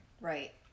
Right